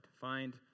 Find